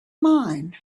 mine